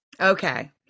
Okay